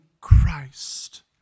Christ